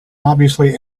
obviously